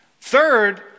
Third